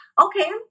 okay